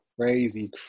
Crazy